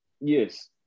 Yes